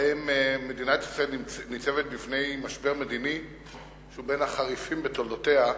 שבהם מדינת ישראל ניצבת בפני משבר מדיני שהוא מהחריפים בתולדותיה,